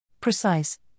Precise